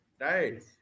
right